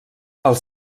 els